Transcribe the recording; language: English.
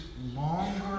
longer